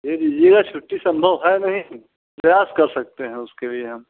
दे दीजिएगा छुट्टी सम्भव है नहीं प्रयास कर सकते हैं उसके लिए हम